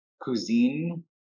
cuisine